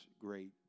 great